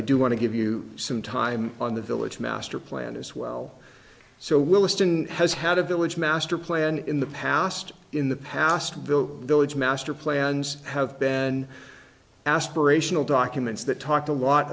i do want to give you some time on the village master plan as well so will a student has had a village master plan in the past in the past built village master plans have been and aspirational documents that talked a lot